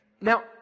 Now